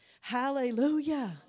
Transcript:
Hallelujah